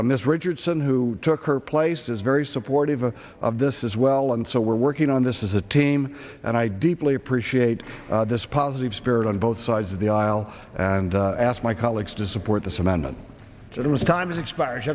this richardson who took her place is very supportive of this is well and so we're working on this is a team and i deeply appreciate this positive spirit on both sides of the aisle and asked my colleagues to support this amendment and it was time expire